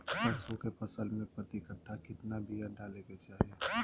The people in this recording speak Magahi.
सरसों के फसल में प्रति कट्ठा कितना बिया डाले के चाही?